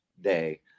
day